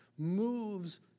moves